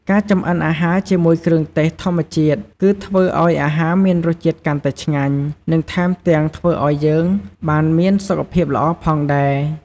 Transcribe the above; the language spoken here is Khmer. ការចម្អិនអាហារជាមួយគ្រឿងទេសធម្មជាតិគឺធ្វើឲ្យអាហារមានរសជាតិកាន់តែឆ្ងាញ់ និងថែមទាំងធ្វើឲ្យយើងបានមានសុខភាពល្អផងដែរ។